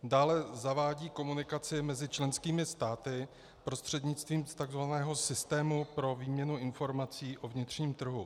Dále zavádí komunikaci mezi členskými státy prostřednictvím takzvaného systému pro výměnu informací o vnitřním trhu.